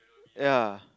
ya